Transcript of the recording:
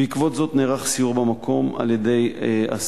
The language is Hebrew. בעקבות זאת נערך במקום סיור של הסמנכ"ל,